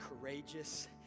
courageous